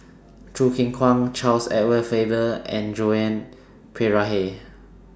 Choo Keng Kwang Charles Edward Faber and Joan Pereira